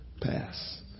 pass